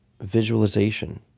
visualization